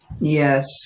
Yes